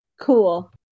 Cool